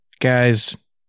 guys